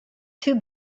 too